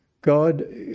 God